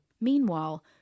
Meanwhile